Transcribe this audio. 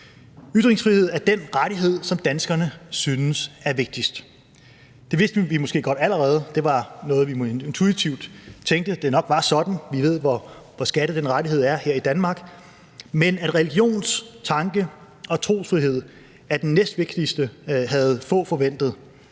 Ytringsfrihed er den rettighed, som danskerne synes er vigtigst. Det vidste vi måske godt allerede – det var noget, vi intuitivt tænkte nok var sådan, for vi ved, hvor skattet den rettighed er her i Danmark. Men at religions-, tanke- og trosfrihed er den næstvigtigste, havde få forventet.